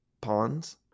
pawns